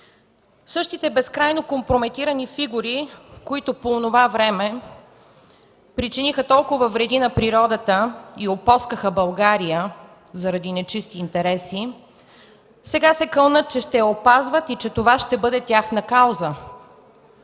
Същите безкрайно компрометирани фигури, които по онова време причиниха толкова вреди на природата и опоскаха България заради нечисти интереси, сега се кълнат, че ще я опазват и това ще бъде тяхна кауза.